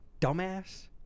dumbass